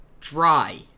dry